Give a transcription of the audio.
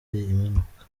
imanuka